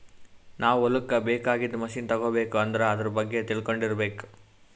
ನಾವ್ ಹೊಲಕ್ಕ್ ಬೇಕಾಗಿದ್ದ್ ಮಷಿನ್ ತಗೋಬೇಕ್ ಅಂದ್ರ ಆದ್ರ ಬಗ್ಗೆ ತಿಳ್ಕೊಂಡಿರ್ಬೇಕ್